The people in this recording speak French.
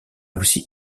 aussi